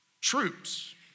Troops